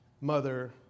mother